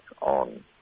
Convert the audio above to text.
on